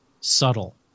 subtle